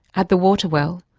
at the water well.